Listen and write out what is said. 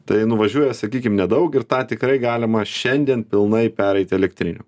tai nuvažiuoja sakykim nedaug ir tą tikrai galima šiandien pilnai pereiti elektriniu